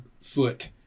foot